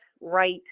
right